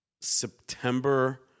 September